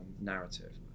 narrative